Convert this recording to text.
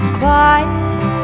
quiet